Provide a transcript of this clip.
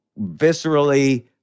viscerally